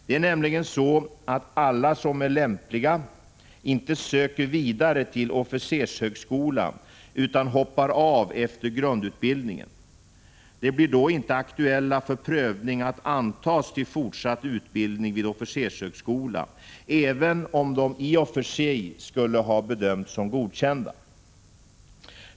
Det är nämligen så att alla som är lämpliga inte söker vidare till officershögskola utan hoppar av efter grundutbildningen. De blir då inte aktuella för prövning att antas till fortsatt utbildning vid officershögskola, även om de i och för sig skulle ha bedömts som godkända.